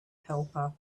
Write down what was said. helper